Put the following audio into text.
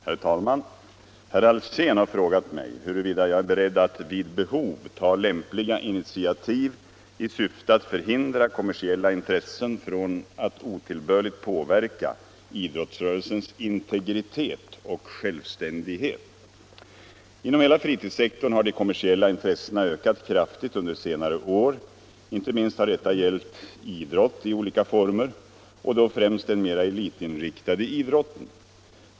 Herr talman! Herr Alsén har frågat mig huruvida jag är beredd att vid behov ta lämpliga initiativ i syfte att förhindra kommersiella intressen från att otillbörligt påverka idrottsrörelsens integritet och självständighet. Inom hela fritidssektorn har de kommersiella intressena ökat kraftigt under senare år. Inte minst har detta gällt idrott i olika former, och då främst den mera elitinriktade idrotten.